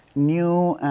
new,